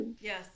Yes